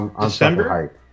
December